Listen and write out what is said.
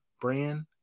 brand